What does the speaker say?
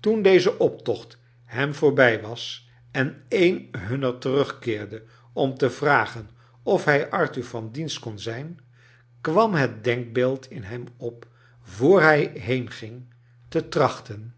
toen deze optocht hem voorbij was en een hunner terugkeerde om te vragen of hij arthur van dienst kon zijn kwam het denkbeeld in hem op voor hij heenging te trachten